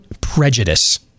prejudice